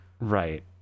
Right